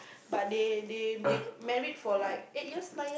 but they they they married for like eight years nine